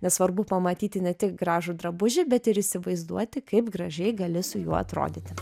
nes svarbu pamatyti ne tik gražų drabužį bet ir įsivaizduoti kaip gražiai gali su juo atrodyti